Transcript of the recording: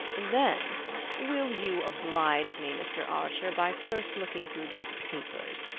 then will you oblige me, mr. archer, by first looking through these papers?